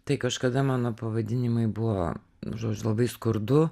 tai kažkada mano pavadinimai buvo žodžiu labai skurdu